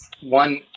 one